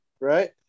right